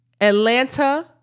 Atlanta